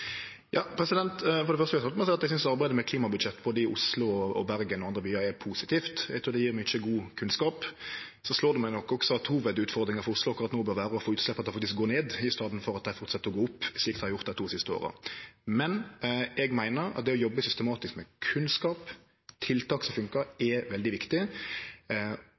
For det første vil eg starte med å seie at eg synest arbeidet med klimabudsjett i både Oslo, Bergen og andre byar er positivt. Eg trur det gjev mykje god kunnskap. Det slår meg også at hovudutfordringa for Oslo akkurat no må vere å få utsleppa ned i staden for at dei fortset å gå opp, slik dei har gjort dei to siste åra. Eg meiner at det å jobbe systematisk med kunnskap og tiltak som funkar, er veldig viktig.